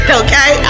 okay